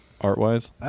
art-wise